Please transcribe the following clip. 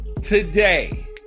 Today